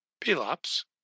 Pelops